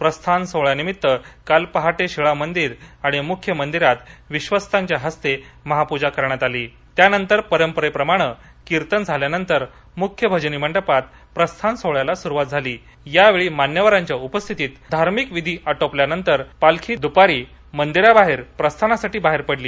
प्रस्थान सोहळ्यानिमित्त काल पहाटे शिळा मंदिर आणि मुख्य मंदिरात विश्वस्तांच्या हस्ते महापूजा करण्यात आली त्यानंतर परपरेप्रमाणे किर्तन झाल्यानंतर मुख्य भजनी मंडपात प्रस्थान सोहळ्याला सुरुवात झाली यावेळी मान्यवरांच्या उपस्थितीत धार्मिक विधी आटोपल्यानंतर पालखी दुपारी मंदिराबाहेर प्रस्थानासाठी बाहेर पडली